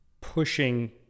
pushing